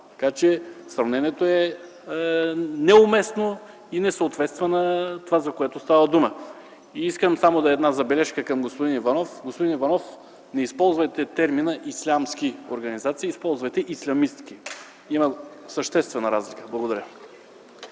Така че сравнението е неуместно и не съответства на това, за което става дума. Искам само една забележка да направя към господин Иванов – господин Иванов, не използвайте термина „ислямски” организации. Използвайте „ислямистки”. Има съществена разлика. Благодаря.